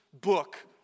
book